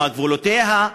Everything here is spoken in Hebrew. מה גבולותיה.